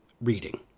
reading